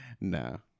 No